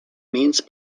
means